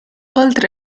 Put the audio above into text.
oltre